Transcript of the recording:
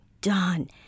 done